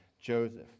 Joseph